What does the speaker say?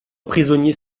prisonniers